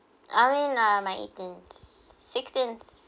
I mean uh my eighteenth sixteenth